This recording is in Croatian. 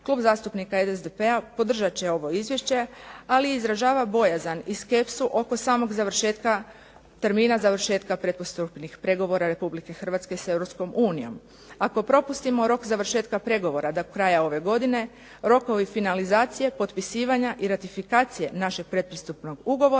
klub zastupnika SDP-a podržati će ovo izvješće, ali izražava bojazan i skepsu oko termina završetka pretpristupnih pregovora RH sa EU. Ako propustimo rok za završetka pregovora do kraja ove godine, rokovi od finalizacije potpisivanja i ratifikacije našeg predpristupnog ugovora,